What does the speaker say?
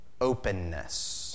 Openness